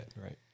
Right